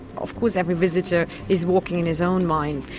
of course every visitor is walking in his own mind,